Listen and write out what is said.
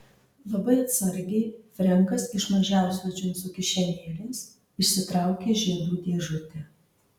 labai atsargiai frenkas iš mažiausios džinsų kišenėlės išsitraukė žiedų dėžutę